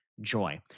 joy